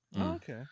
Okay